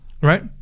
right